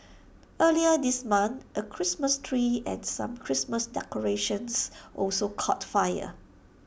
earlier this month A Christmas tree and some Christmas decorations also caught fire